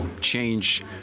change